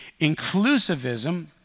Inclusivism